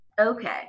Okay